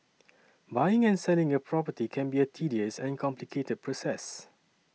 buying and selling a property can be a tedious and complicated process